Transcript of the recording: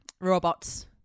robots